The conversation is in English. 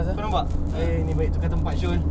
kau nampak !haiya! ini baik tukar tempat [siol]